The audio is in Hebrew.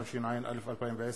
התשע"א 2010,